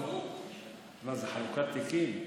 מה זה, חלוקת תיקים?